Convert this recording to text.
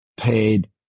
Paid